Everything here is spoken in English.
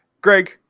greg